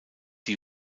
die